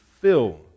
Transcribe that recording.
fill